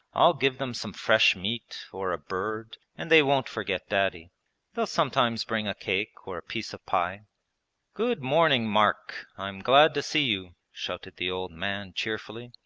i'll give them some fresh meat, or a bird, and they won't forget daddy they'll sometimes bring a cake or a piece of pie good morning. mark! i am glad to see you shouted the old man cheerfully,